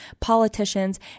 politicians